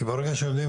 כי ברגע שיודעים,